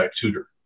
tutor